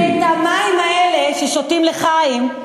את המים האלה ששותים לחיים,